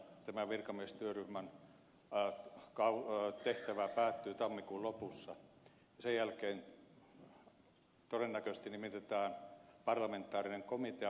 tämän virkamiestyöryhmän tehtävä päättyy tammikuun lopussa ja sen jälkeen todennäköisesti nimitetään parlamentaarinen komitea uudistamaan kuntalakia